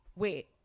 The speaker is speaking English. Wait